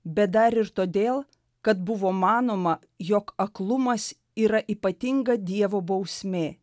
bet dar ir todėl kad buvo manoma jog aklumas yra ypatinga dievo bausmė